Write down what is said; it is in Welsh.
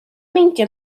meindio